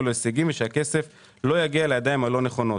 להישגים ולוודא שהכסף לא יגיע לידיים הלא נכונות.